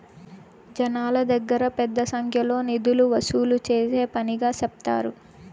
జనాల దగ్గర పెద్ద సంఖ్యలో నిధులు వసూలు చేసే పనిగా సెప్తారు